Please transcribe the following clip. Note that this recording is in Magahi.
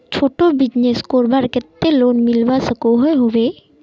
छोटो बिजनेस करवार केते लोन मिलवा सकोहो होबे?